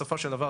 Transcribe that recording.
בסופו של דבר,